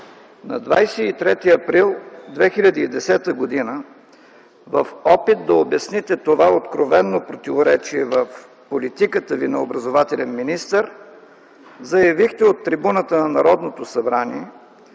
на 23 април 2010 г. в опит да обясните това откровено противоречие в политиката Ви на образователен министър, заявихте от трибуната на Народното събрание,